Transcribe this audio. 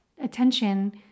attention